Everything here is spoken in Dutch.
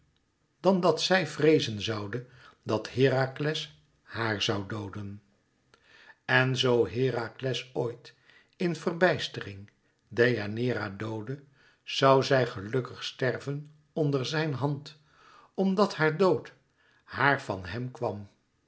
dan dat zij vreezen zoude dat herakles haar zoû dooden en zoo herakles ooit in verbijstering deianeira doodde zoû zij gelukkig sterven onder zijn hand omdat haar dood haar van hem kwam